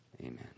Amen